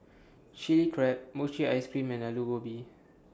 Chilli Crab Mochi Ice Cream and Aloo Gobi